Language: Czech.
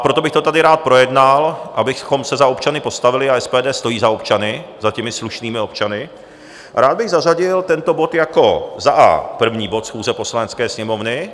Proto bych to tady rád projednal, abychom se za občany postavili a SPD stojí za občany, za těmi slušnými občany rád bych zařadil tento bod jako a) první bod schůze Poslanecké sněmovny.